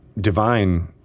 divine